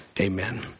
amen